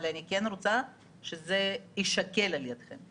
אבל אני כן רוצה שזה יישקל על ידיכם.